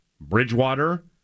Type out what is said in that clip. Bridgewater